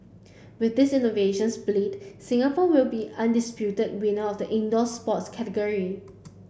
with this innovative split Singapore will be the undisputed winner of the indoor sports category